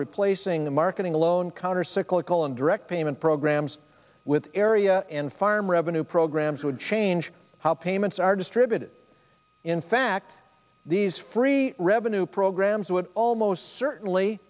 replacing the marketing alone countercyclical and direct payment programs with area and farm revenue programs would change how payments are distributed in fact these free revenue programs would almost certainly